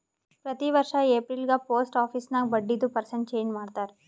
ಪ್ರತಿ ವರ್ಷ ಎಪ್ರಿಲ್ಗ ಪೋಸ್ಟ್ ಆಫೀಸ್ ನಾಗ್ ಬಡ್ಡಿದು ಪರ್ಸೆಂಟ್ ಚೇಂಜ್ ಮಾಡ್ತಾರ್